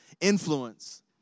influence